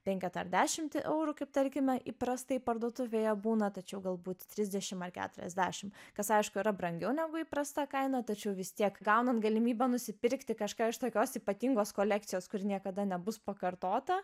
penketą ar dešimtį eurų kaip tarkime įprastai parduotuvėje būna tačiau galbūt trisdešim ar keturiasdešim kas aišku yra brangiau negu įprasta kaina tačiau vis tiek gaunant galimybę nusipirkti kažką iš tokios ypatingos kolekcijos kuri niekada nebus pakartota